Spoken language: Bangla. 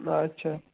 আচ্ছা